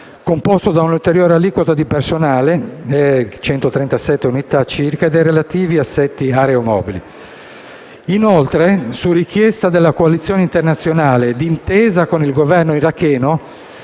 composto di una ulteriore aliquota di personale (137 unità) e dei relativi assetti aeromobili. Inoltre, su richiesta della coalizione internazionale e d'intesa col Governo iracheno,